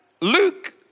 Luke